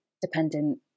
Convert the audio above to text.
dependent